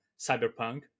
Cyberpunk